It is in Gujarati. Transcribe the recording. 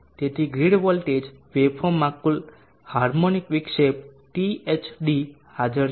તેથી ગ્રીડ વોલ્ટેજ વેવફોર્મમાં કુલ હાર્મોનિક વિક્ષેપ THD હાજર છે